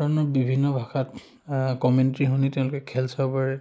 ধৰণৰ বিভিন্ন ভাষাত কমেণ্ট্ৰি শুনি তেওঁলোকে খেল চাব পাৰে